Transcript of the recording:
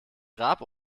grab